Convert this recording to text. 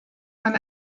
man